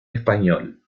español